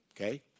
Okay